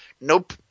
nope